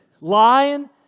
lying